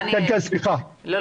דניאל, אני